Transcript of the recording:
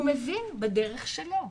הוא מבין בדרך שלו.